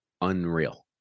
unreal